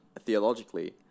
theologically